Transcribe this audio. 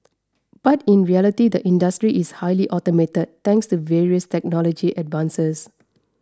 but in reality the industry is highly automated thanks to various technology advances